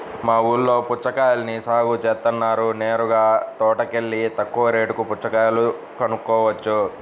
మా ఊల్లో పుచ్చకాయల్ని సాగు జేత్తన్నారు నేరుగా తోటలోకెల్లి తక్కువ రేటుకే పుచ్చకాయలు కొనుక్కోవచ్చు